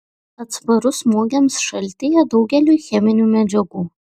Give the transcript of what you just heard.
atsparus smūgiams šaltyje daugeliui cheminių medžiagų